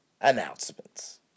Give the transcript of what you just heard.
announcements